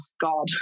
god